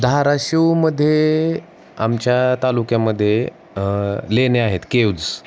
धाराशिवमध्ये आमच्या तालुक्यामध्ये लेणे आहेत केव्ज